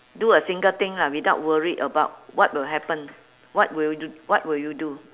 do a single thing lah without worried about what will happen what will d~ what will you do